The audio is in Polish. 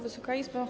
Wysoka Izbo!